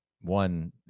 one